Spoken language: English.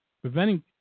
preventing